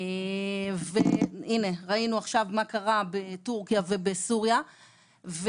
ראינו עכשיו מה קרה בטורקיה ובסוריה,